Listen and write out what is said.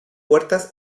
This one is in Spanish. puertas